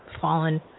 fallen